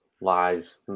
lies